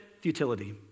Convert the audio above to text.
futility